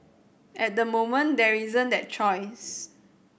at the moment there isn't that choice